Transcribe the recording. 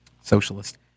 socialist